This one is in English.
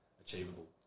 achievable